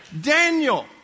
Daniel